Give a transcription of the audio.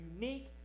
unique